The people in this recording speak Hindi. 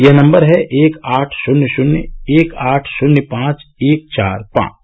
यह नम्बर है एक आठ शुन्य शुन्य एक आठ शून्य पांच एक चार पांच